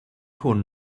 hwn